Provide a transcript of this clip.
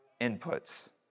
inputs